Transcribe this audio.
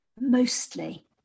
mostly